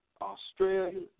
Australia